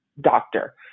doctor